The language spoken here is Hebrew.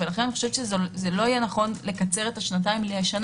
לכן אני חושבת שלא יהיה נכון לקצר את השנתיים לשנה